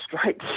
straight